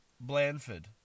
Blandford